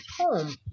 home